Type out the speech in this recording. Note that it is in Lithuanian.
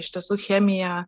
iš tiesų chemija